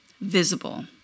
visible